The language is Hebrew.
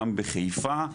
גם בחיפה,